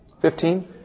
Fifteen